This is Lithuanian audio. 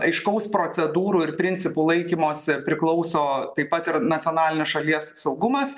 aiškaus procedūrų ir principų laikymosi priklauso taip pat ir nacionalinės šalies saugumas